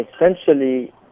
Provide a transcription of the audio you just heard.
essentially